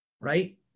right